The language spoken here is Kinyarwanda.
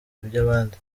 iby’abandi